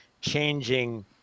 changing